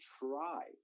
try